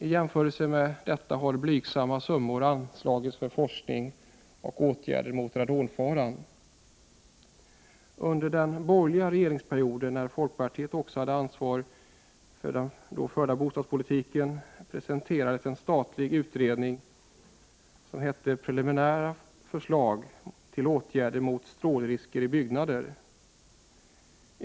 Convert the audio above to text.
I jämförelse med detta har blygsamma summor anslagits för forskning och åtgärder mot radonfaran. Under den borgerliga regeringsperioden, när folkpartiet hade ansvaret för bostadspolitiken, presenterades en statlig utredning som hette Preliminärt förslag till åtgärder mot strålrisker i byggnader.